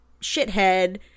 shithead